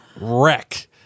wreck